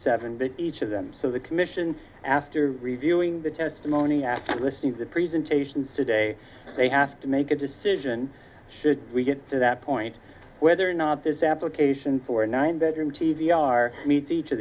but each of them so the commission after reviewing the testimony after listening to the presentations today they have to make a decision should we get to that point whether or not this application for a nine bedroom t d r meet each of